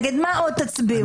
נגד מה עוד תצביעו?